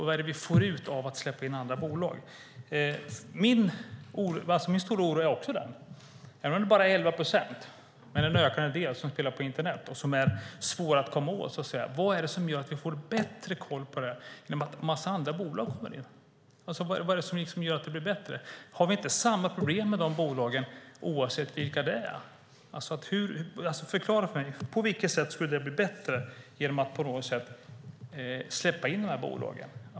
Vad är det vi får ut av att släppa in andra bolag? Jag har också en stor oro. Även om det bara är 11 procent som spelar på internet är det en ökande del och svår att komma åt. Vad är det som gör att vi får bättre koll på det genom att en massa andra bolag kommer in? Vad är det som gör att det blir bättre? Har vi inte samma problem med de bolagen oavsett vilka det är? Förklara för mig: På vilket sätt skulle det blir bättre genom att släppa in dessa bolag?